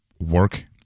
work